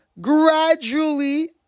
gradually